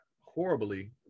horribly